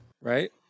Right